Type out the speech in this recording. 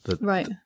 right